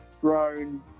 grown